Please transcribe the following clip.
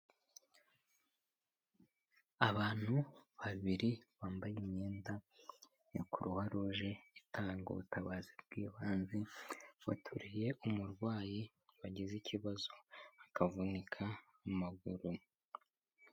Abantu babiri bambaye imyenda ya kuruwaruje itanga ubutabazi bw'ibanze bateruye umurwayi wagize ikibazo akavunika amaguru.